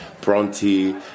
Bronte